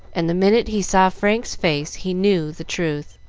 and the minute he saw frank's face he knew the truth.